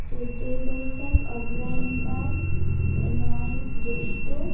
ᱪᱳᱫᱽᱫᱳᱭ ᱵᱚᱭᱥᱟᱠ ᱚᱜᱨᱟᱭᱚᱱ ᱯᱟᱸᱪ ᱱᱚᱭ ᱡᱚᱥᱴᱚ